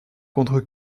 contre